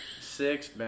Six